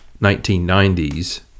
1990s